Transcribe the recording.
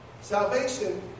Salvation